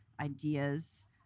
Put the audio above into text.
ideas